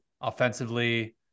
offensively